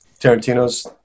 Tarantino's